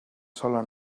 sola